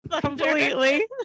completely